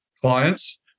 clients